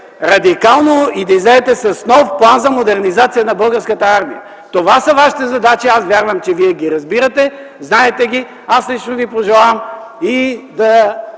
радикално и излезете с нов план за модернизация на Българската армия. Това са Вашите задачи. Аз вярвам, че Вие ги разбирате и ги знаете. Аз лично Ви пожелавам и да